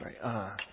Sorry